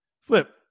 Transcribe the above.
flip